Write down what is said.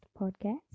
podcast